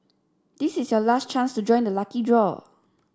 this is your last chance to join the lucky draw